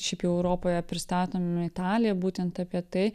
šiaip jau europoje pristatom italiją būtent apie tai